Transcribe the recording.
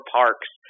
parks